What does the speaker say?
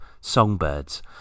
songbirds